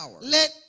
Let